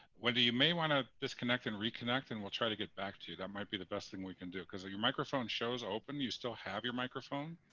wendy, you may want to disconnect and reconnect, and we'll try to get back to you. that might be the best thing we can do, because your microphone shows open. you still have your microphone.